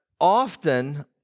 often